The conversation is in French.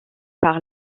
par